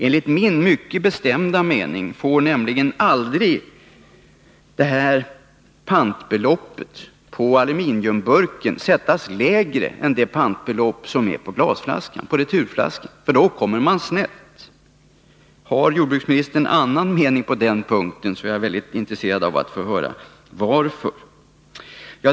Enligt min mycket bestämda mening får nämligen aldrig pantbeloppet för aluminiumburken sättas lägre än pantbeloppet för returflaskan, för i så fall kommer man snett. Har jordbruksministern en annan mening på den punkten, så är jag väldigt intresserad av att få höra varför.